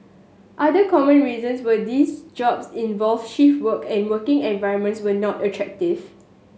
other common reasons were these jobs involved shift work and the working environments were not attractive